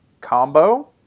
combo